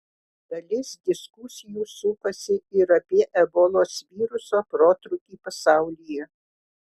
dalis diskusijų sukasi ir apie ebolos viruso protrūkį pasaulyje